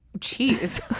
cheese